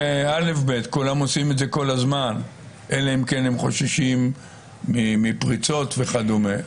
כולם עושים את זה כל הזמן אלא אם הם חוששים מפריצות וכדומה,